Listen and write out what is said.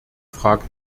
frage